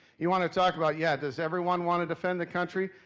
you wanna talk about yeah, does everyone want to defend the country?